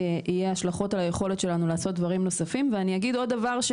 יהיה השלכות על היכולת שלנו לעשות דברים נוספים ואני אגיד עוד דבר,